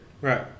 Right